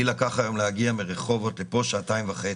לי לקח היום להגיע מרחובות לפה שעתיים וחצי.